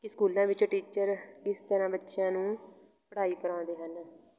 ਕਿ ਸਕੂਲਾਂ ਵਿੱਚ ਟੀਚਰ ਕਿਸ ਤਰ੍ਹਾਂ ਬੱਚਿਆਂ ਨੂੰ ਪੜ੍ਹਾਈ ਕਰਵਾਉਂਦੇ ਹਨ